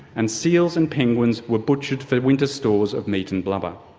and seals and penguins were butchered for winter stores of meat and blubber.